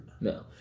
No